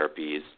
therapies